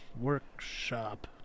workshop